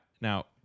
Now